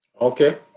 Okay